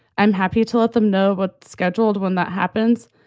i'm happy to let them know what's scheduled when that happens,